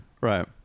Right